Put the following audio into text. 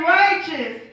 righteous